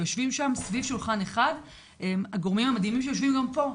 יושבים שם סביב שולחן אחד הגורמים המדהימים שיושבים גם פה,